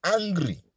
angry